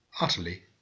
utterly